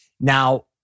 Now